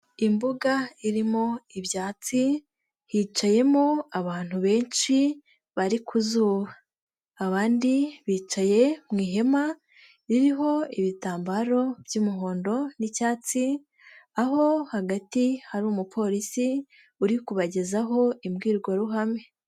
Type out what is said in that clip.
Imbuga irimo ibyatsi, hicayemo abantu benshi bari ku zuba, abandi bicaye mu ihema ririho ibitambaro by'umuhondo n'icyatsi, aho hagati hari umupolisi uri kubagezaho imbwirwaruhame.